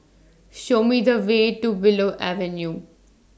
Show Me The Way to Willow Avenue